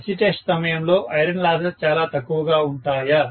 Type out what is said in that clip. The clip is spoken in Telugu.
SC టెస్ట్ సమయంలో ఐరన్ లాసెస్ చాలా తక్కువగా ఉంటాయా